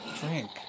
drink